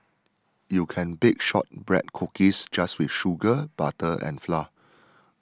you can bake Shortbread Cookies just with sugar butter and flour